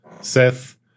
Seth